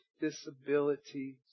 disabilities